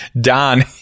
Don